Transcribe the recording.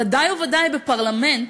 ודאי וודאי בפרלמנט,